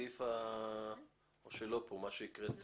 משרד המשפטים, זה מה שרציתם?